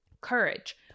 courage